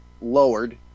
lowered